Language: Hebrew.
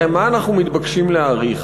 הרי מה אנחנו מתבקשים להאריך,